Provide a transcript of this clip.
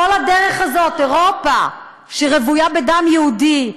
כל הדרך הזאת, אירופה, שרוויה בדם יהודי,